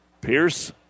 Pierce